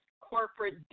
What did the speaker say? corporate